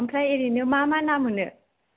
ओमफ्राय ओरैनो मा मा ना मोनो